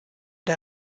der